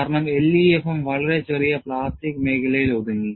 കാരണം LEFM വളരെ ചെറിയ പ്ലാസ്റ്റിക് മേഖലയിൽ ഒതുങ്ങി